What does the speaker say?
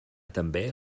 també